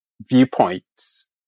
viewpoints